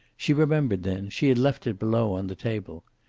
she remembered then she had left it below, on the table.